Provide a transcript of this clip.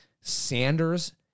Sanders